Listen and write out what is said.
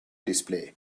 display